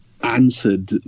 answered